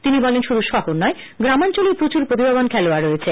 তিনি বলেন শুধু শহর নয় গ্রামাঞ্চলেও প্রচুর প্রতিভাবান খেলোয়াড় রয়েছে